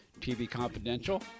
tvconfidential